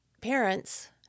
parents